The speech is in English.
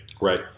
Right